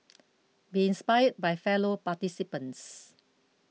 be inspired by fellow participants